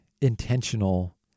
intentional